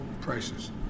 prices